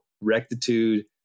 rectitude